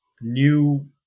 new